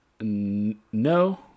No